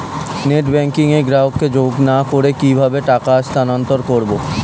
Net banking এ গ্রাহককে যোগ না করে কিভাবে টাকা স্থানান্তর করব?